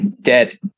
Dead